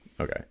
Okay